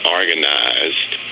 organized